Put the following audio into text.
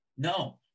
No